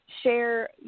share